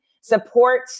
support